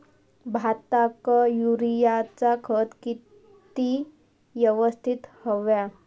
भाताक युरियाचा खत किती यवस्तित हव्या?